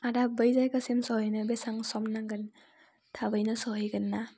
आदा बै जायगासिम सहैनो बेसेबां सम नांगोन थाबैनो सहैगोन ना